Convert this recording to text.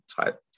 type